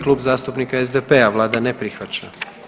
Klub zastupnika SDP-a vlada ne prihvaća.